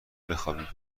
بخابیم